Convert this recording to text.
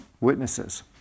witnesses